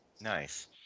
Nice